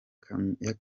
kamichi